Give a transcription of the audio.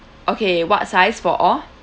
okay what size for all